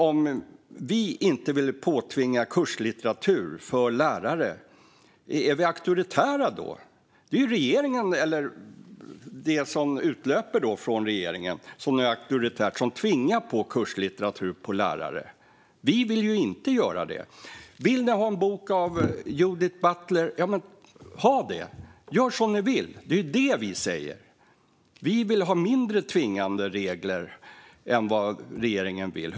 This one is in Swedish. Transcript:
Om vi inte vill påtvinga lärare kurslitteratur, är vi auktoritära då? Det är ju regeringen, eller det som utlöper från regeringen, som är auktoritär och som påtvingar lärare kurslitteratur. Vi vill ju inte göra det. Om man vill ha en bok av Judith Butler får man ha det. Gör som ni vill! Det är detta vi säger. Vi vill ha mindre tvingande regler än vad regeringen vill.